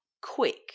quick